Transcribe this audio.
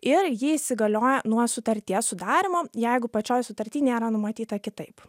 ir ji įsigalioja nuo sutarties sudarymo jeigu pačioj sutarty nėra numatyta kitaip